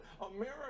America